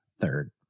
Third